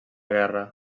guerra